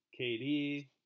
KD